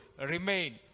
remain